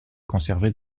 conservés